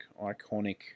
iconic